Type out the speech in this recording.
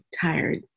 tired